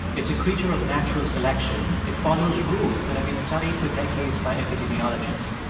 it's a creature of natural selection. it follows rules that have been studied for decades by epidemiologists.